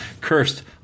cursed